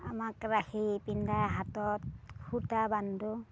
আমাক ৰাখি পিন্ধাই হাতত সূতা বান্ধো